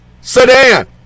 sedan